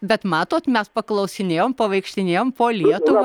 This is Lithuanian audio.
bet matot mes paklausinėjom pavaikštinėjom po lietuvą